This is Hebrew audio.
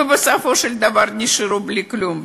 ובסופו של דבר נשארו בלי כלום,